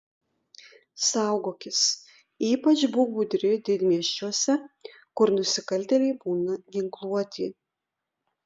saugokis ypač būk budri didmiesčiuose kur nusikaltėliai būna ginkluoti